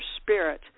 spirit